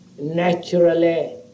naturally